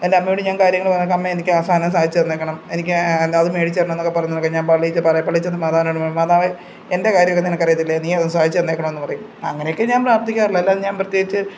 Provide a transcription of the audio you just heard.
എൻ്റെ അമ്മയോട് ഞാൻ കാര്യങ്ങൾ പറയുമ്പോൾ അമ്മ എനിക്ക് അവസാനം സാധിച്ചു തന്നേക്കണം എനിക്ക് എന്താ അതു മേടിച്ച് തരണം എന്നൊക്കെ പറയുന്ന കണക്ക് ഞാൻ പള്ളിക്ക് പാരായ് പള്ളി ചെന്ന് മാതാവിനോട് പറയും മാതാവെ എൻ്റെ കാര്യം ഒക്കെ നിനക്ക് അറിയത്തില്ലേ നീ അതൊന്ന് സാധിച്ചുതന്നേക്കണം എന്ന് പറയും അങ്ങനൊയൊക്കെയേ ഞാൻ പ്രാർത്ഥിക്കാറുള്ളു അല്ലാതെ ഞാൻ പ്രത്യേകിച്ച്